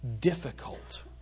difficult